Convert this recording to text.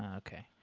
and okay.